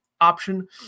option